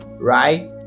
right